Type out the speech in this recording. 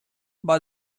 but